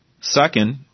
Second